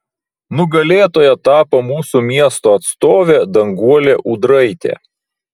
nugalėtoja tapo mūsų miesto atstovė danguolė ūdraitė